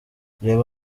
reba